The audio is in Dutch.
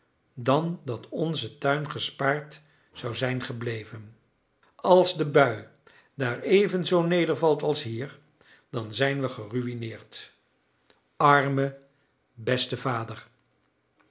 dan dat onze tuin gespaard zou zijn gebleven als de bui daar evenzoo nedervalt als hier dan zijn we geruïneerd arme beste vader